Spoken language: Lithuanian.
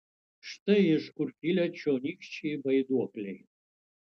štai iš kur kilę čionykščiai vaiduokliai